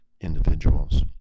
individuals